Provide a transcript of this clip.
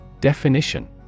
Definition